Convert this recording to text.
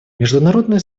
международное